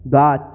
গাছ